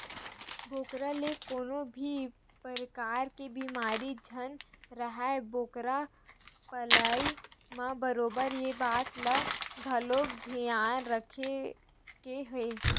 बोकरा ल कोनो भी परकार के बेमारी झन राहय बोकरा पलई म बरोबर ये बात ल घलोक धियान रखे के हे